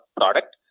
product